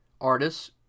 artists